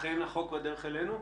אכן החוק בדרך אלינו?